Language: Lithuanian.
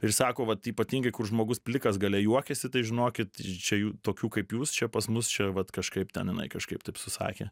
ir sako vat ypatingai kur žmogus plikas gale juokiasi tai žinokit čia jų tokių kaip jūs čia pas mus čia vat kažkaip ten jinai kažkaip taip susakė